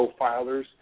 profilers